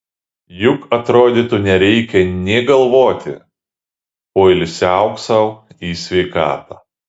juk atrodytų nereikia nė galvoti poilsiauk sau į sveikatą